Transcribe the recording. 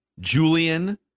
Julian